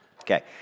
Okay